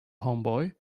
homeboy